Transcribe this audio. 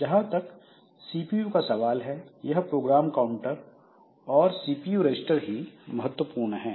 जहां तक सीपीयू का सवाल है यह प्रोग्राम काउंटर और सीपीयू रजिस्टर ही महत्वपूर्ण हैं